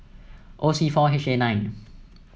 O C four H A nine